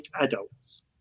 adults